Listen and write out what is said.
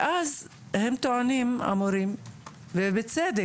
ואז הם טוענים המורים ובצדק,